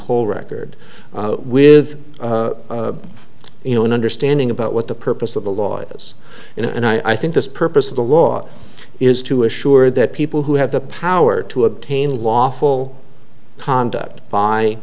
whole record with you know an understanding about what the purpose of the law is and i think this purpose of the law is to assure that people who have the power to obtain lawful conduct by